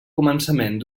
començament